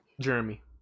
Jeremy